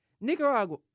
Nicaragua